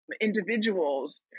individuals